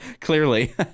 clearly